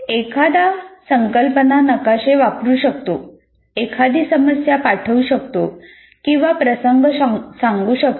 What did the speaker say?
एखादा संकल्पना नकाशे वापरू शकतो एखादी समस्या पाठवू शकतो किंवा प्रसंग सांगू शकतो